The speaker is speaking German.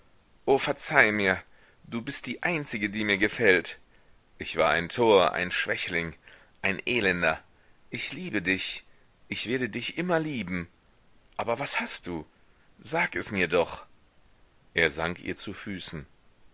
verzeih mir du bist die einzige die mir gefällt ich war ein tor ein schwächling ein elender ich liebe dich ich werde dich immer lieben aber was hast du sag es mir doch er sank ihr zu füßen